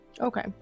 Okay